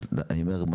לכן אני אומר,